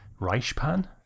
Reichpan